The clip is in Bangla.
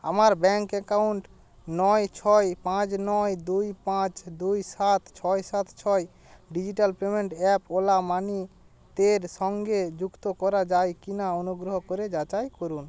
আমার ব্যাঙ্ক অ্যাকাউন্ট নয় ছয় পাঁচ নয় দুই পাঁচ দুই সাত ছয় সাত ছয় digital payment app Ola money তের সঙ্গে যুক্ত করা যায় কি না অনুগ্রহ করে যাচাই করুন